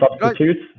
substitutes